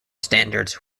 standards